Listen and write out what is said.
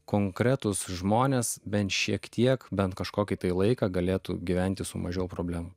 konkretūs žmonės bent šiek tiek bent kažkokį tai laiką galėtų gyventi su mažiau problemų